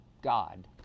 God